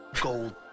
gold